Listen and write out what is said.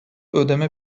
ödeme